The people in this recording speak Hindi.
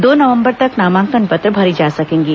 दो नवंबर तक नामांकन पत्र भरे जा सकेंगे